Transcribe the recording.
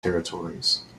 territories